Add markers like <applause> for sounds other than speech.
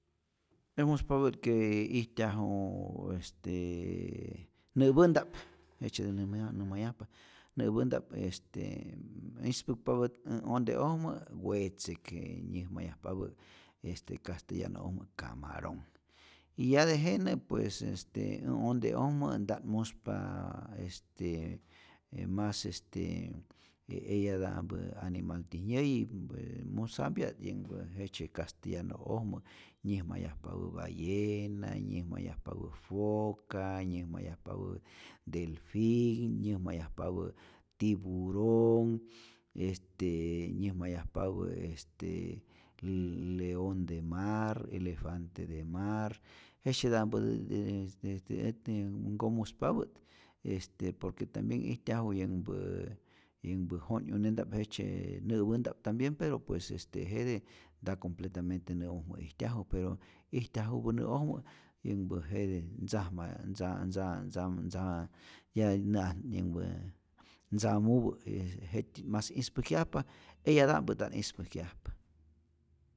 Äj muspapä't que ijtyajuuuu este nä'pänta'p jejtzyetä näjma näjmayajpa nä'pänta'p, est ispäkpatät äj onte'ojmä wetzek, ke nyäjmayajpapä este castellano'ojmä camarón y ya tejene pues este äj onte'ojmä nta't muspaa est mas est de eyata'mpä animalti nyäyi, yänhpä musapyat yanhpä jejtzye castellano'ojmä nyäjmayajpapä ballena, nyäjmayajpapä foca, nyäjmayajpapä delfin, nyäjmayajpapä tiburon, este nyäjmayajpapä este le le leon de mar, elefante de mar, jejtzyeta'mpäti <hesitation> nkomuspapät este por que tambien ijtyaju yänhpä yänhpä jo'nyuneta'p, jejtzye nä'pänta'p tambien, pero pues jete' nta completamente nä'ojmä ijtyaju, pero ijtyajupä nä'ojmä jete ntzajma <hesitation> na'at yänhpä ntzamupä jet'tyi't mas ispäjkyajpa, eyata'mpä nta't ispäjkyajpa.